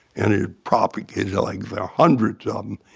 and it propagated like hundreds um